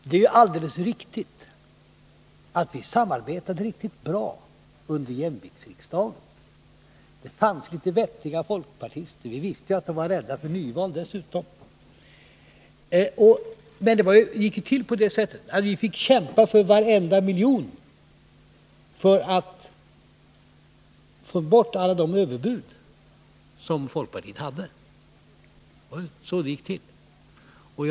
Det är ju alldeles riktigt att vi samarbetade mycket bra under jämviktsriksdagen. Det fanns en hel del vettiga folkpartister, och vi visste dessutom att de var rädda för nyval. Men det gick till på det sättet att vi fick kämpa för varenda miljon för att få bort alla de överbud som folkpartiet hade. Det var så det gick till.